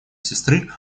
сестры